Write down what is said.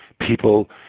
People